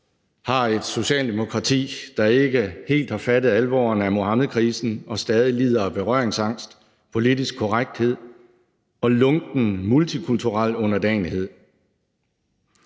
har et Socialdemokrati, der ikke helt har fattet alvoren af Muhammedkrisen og stadig lider af berøringsangst, politisk korrekthed og lunken multikulturel underdanighed.